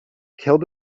killed